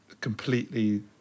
completely